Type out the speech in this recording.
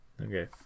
okay